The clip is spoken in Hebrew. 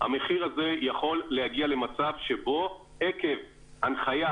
המחיר הזה יכול להגיע למצב שבו עקב הנחייה,